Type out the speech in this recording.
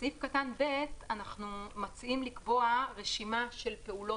בסעיף קטן (ב) אנחנו מציעים לקבוע רשימה של פעולות